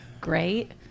great